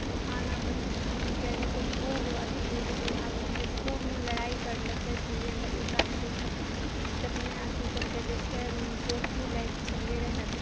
थानापर अथीके जे छै खूब अथी बिजली विभागमे जे खूब लड़ाइ करलके छलियै रहै ओइ कारण जे छै कतने अथी सबके जे छै चोट भी लागय छलियै रहय